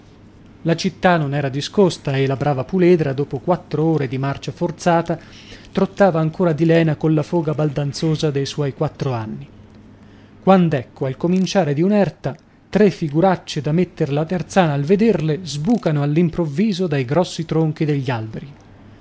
la città non era discosta e la brava puledra dopo quattro ore di marcia forzata trottava ancora di lena colla foga baldanzosa dei suoi quattro anni quand'ecco al cominciare di un'erta tre figuraccie da metter la terzana al vederle sbucano all'improvviso dai grossi tronchi degli alberi